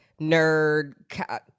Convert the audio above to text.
nerd